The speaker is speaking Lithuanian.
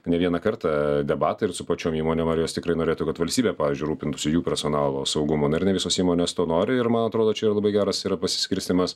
ne vieną kartą debatai ir su pačiom įmonėm ar jos tikrai norėtų kad valstybė pavyzdžiui rūpintųsi jų personalo saugumu na ir ne visos įmonės to nori ir man atrodo čia yra labai geras yra pasiskirstymas